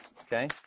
Okay